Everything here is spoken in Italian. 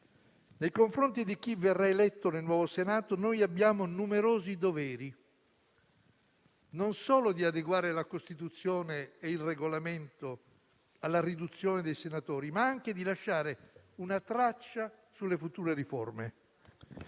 Nei confronti di chi verrà eletto nel nuovo Senato abbiamo numerosi doveri, non solo di adeguare la Costituzione e il Regolamento alla riduzione del numero dei senatori, ma anche di lasciare una traccia sulle future riforme.